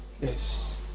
Yes